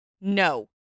No